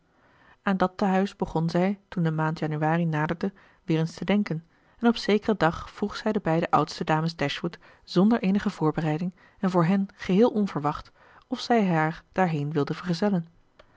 aan dat tehuis begon zij toen de maand januari naderde weer eens te denken en op zekeren dag vroeg zij de beide oudste dames dashwood zonder eenige voorbereiding en voor hen geheel onverwacht of zij haar daarheen wilden vergezellen